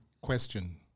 question